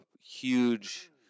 huge